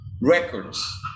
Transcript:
Records